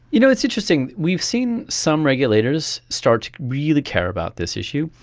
you know, it's interesting, we've seen some regulators start to really care about this issue,